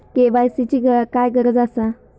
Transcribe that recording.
KYC ची काय गरज आसा?